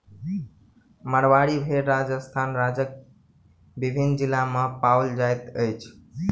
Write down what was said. मारवाड़ी भेड़ राजस्थान राज्यक विभिन्न जिला मे पाओल जाइत अछि